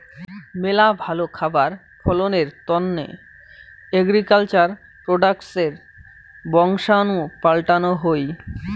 মেলা ভালো খাবার ফলনের তন্ন এগ্রিকালচার প্রোডাক্টসের বংশাণু পাল্টানো হই